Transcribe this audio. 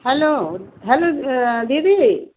hello hello দিদি